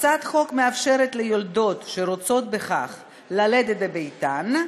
הצעת החוק מאפשרת ליולדות שרוצות בכך ללדת בביתן,